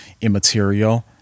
immaterial